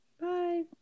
bye